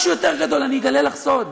משהו יותר גדול, אני אגלה לך סוד: